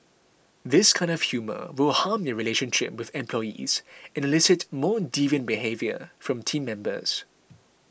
this kind of humour will harm their relationship with employees and elicit more deviant behaviour from team members